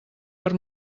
per